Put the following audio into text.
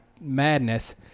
madness